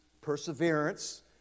perseverance